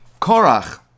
Korach